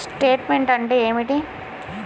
Statement అంటే ఏమిటి?